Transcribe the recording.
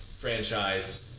franchise